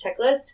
checklist